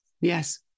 Yes